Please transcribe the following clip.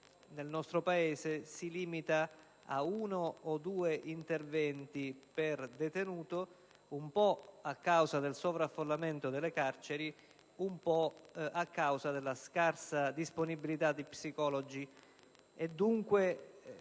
nel nostro Paese si limita ad uno o due interventi per detenuto e ciò, in parte, a causa del sovraffollamento delle carceri, in parte, a causa della scarsa disponibilità di psicologi.